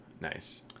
nice